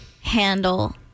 handle